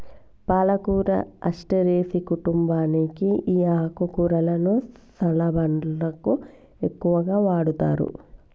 పాలకూర అస్టెరెసి కుంటుంబానికి ఈ ఆకుకూరలను సలడ్లకు ఎక్కువగా వాడతారు